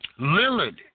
Lillard